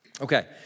Okay